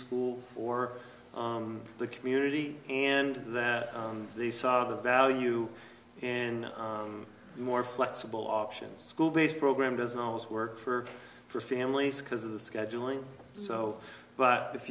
school for the community and that they saw the value and more flexible options school based program doesn't always work for families because of the scheduling so but if